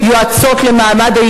בדגש על הצוות המשפטי,